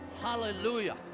Hallelujah